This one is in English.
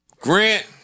Grant